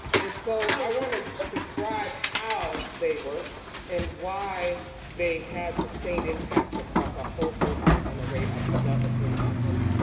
and so, i wanna describe how they worked and why they had sustained impacts across a whole host and array of adult attainment outcomes.